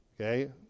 Okay